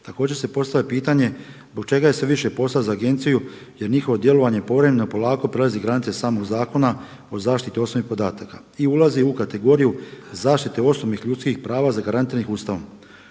Također se postavlja pitanje zbog čega je sve više posla za Agenciju, jer njihovo djelovanje povremeno polako prelazi granice samog Zakona o zaštiti osobnih podataka i ulazi u kategoriju zaštite osobnih ljudskih prava zagarantiranih Ustavom.